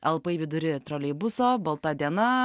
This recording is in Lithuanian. alpai vidury troleibuso balta diena